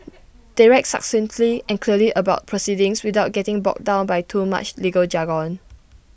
they write succinctly and clearly about proceedings without getting bogged down by too much legal jargon